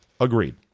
Agreed